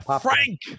Frank